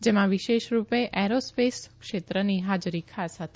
જેમાં વિશેષ રૂ ે એરોસો સ ક્ષેત્રની હા રી ખાસ હતી